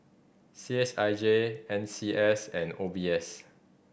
C H I J N C S and O B S